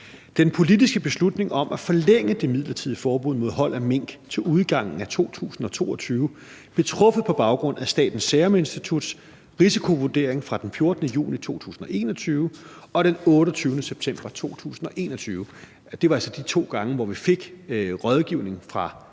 Den politiske beslutning om at forlænge det midlertidige forbud mod hold af mink til udgangen af 2022 blev truffet på baggrund af Statens Serum Instituts risikovurdering fra den 14. juni 2021 og den 28. september 2021. Det var altså de to gange, hvor vi fik rådgivning fra